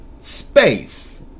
space